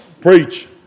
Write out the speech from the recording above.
preach